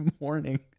morning